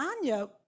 Anya